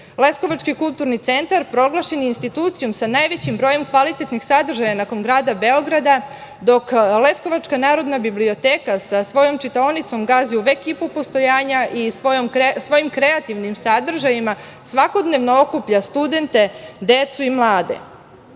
Srbije. Leskovački kulturni centar proglašen je institucijom sa najvećim brojem kvalitetnih sadržaja nakon grada Beograda dok Leskovačka narodna biblioteka sa svojom čitaonicom gazi u vek i po postojanja i svojom kreativnim sadržajima svakodnevno okuplja studente, decu i mlade. Kažu